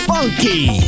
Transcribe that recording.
Funky